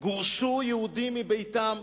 גורשו יהודים מביתם,